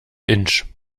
inch